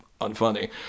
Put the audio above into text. unfunny